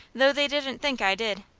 though they didn't think i did.